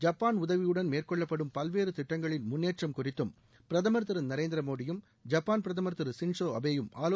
Japan உதவியுடன் மேற்கொள்ளப்படும் பல்வேறு திட்டங்களின் முன்னேற்றம் குறித்தும் பிரதமர் திரு நரேந்திர மோடியும் ஜப்பான் பிரதமர் திரு ஷின்சோ அபேவும் ஆலோசனை நடத்தவுள்ளனர்